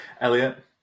Elliot